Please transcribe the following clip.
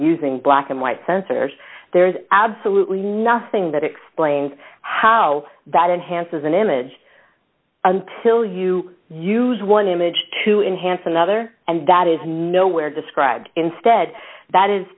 black and white sensors there is absolutely nothing that explains how that enhances an image until you use one image to enhance another and that is nowhere described instead that is